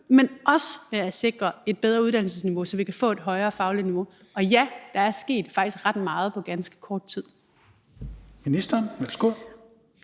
men også ved at sikre et bedre uddannelsesniveau, så vi kan få et højere fagligt niveau. Og ja, der er faktisk sket ret meget på ganske kort tid.